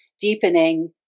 deepening